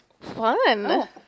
Fun